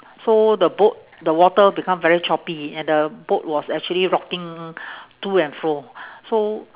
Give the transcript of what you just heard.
so the boat the water become very choppy and the boat was actually rocking to and fro so